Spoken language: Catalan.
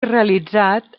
realitzat